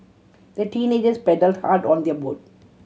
the teenagers paddled hard on their boat